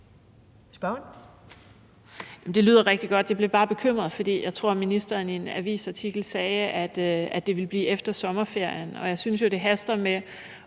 det lyder rigtig godt. Jeg bliver bare bekymret, for jeg tror, at ministeren i en avisartikel sagde, at det ville blive efter sommerferien.